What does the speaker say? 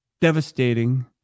devastating